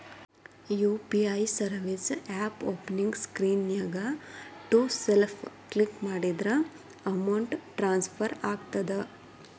UPI service ಆಪ್ನ್ಯಾಓಪನಿಂಗ್ ಸ್ಕ್ರೇನ್ನ್ಯಾಗ to self click ಮಾಡಿದ್ರ ಅಮೌಂಟ್ ಟ್ರಾನ್ಸ್ಫರ್ ಆಗತ್ತ